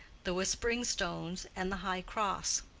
the whispering stones, and the high cross.